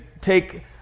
take